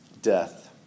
death